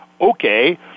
okay